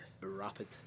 rapid